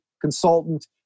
consultant